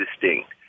distinct